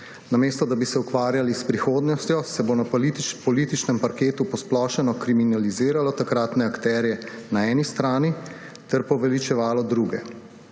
Namesto da bi se ukvarjali s prihodnostjo, se bo na političnem parketu posplošeno kriminaliziralo takratne akterje na eni strani ter poveličevalo druge.